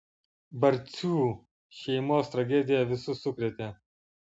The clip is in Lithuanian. barcių šeimos tragedija visus sukrėtė